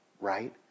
right